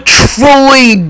truly